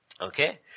Okay